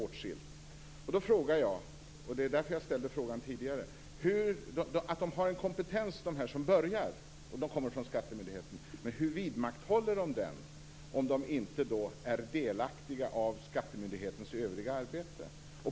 Då frågar jag, och det var därför jag ställde frågan tidigare: De som börjar här och kommer från skattemyndigheten har en kompetens, men hur vidmakthåller de den om de inte är delaktiga i skattemyndighetens övriga arbete?